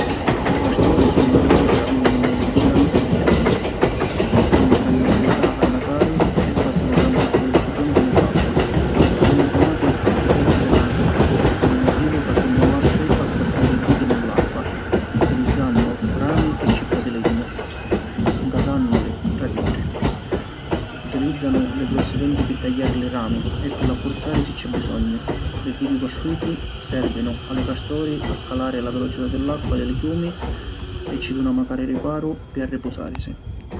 Li castori sunnu armali ca vìvinu nni li vicinanzi di li ciumi, hannu granni abilità a natari e pàssanu gran parti di lu so tempu nni l’acqua. Vennu chiamati ‘architetti di la natura’ pi lu motivu ca sunnu mastri a costruiri dighi nni l’acqua, utilìzzannu rami e cippa di lignu, ncasànnuli tra di iddi. Utilìzzanu li grossi denti pi tagghiari li rami e pi l’accurzari si c’è bisognu. Li dighi costruiti sèrvinu a li castori a calari la velocità di l’acqua di lu ciumi e ci duna macari riparu pi arripusàrisi.